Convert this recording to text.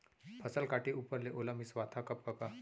फसल काटे ऊपर ले ओला मिंसवाथा कब कका?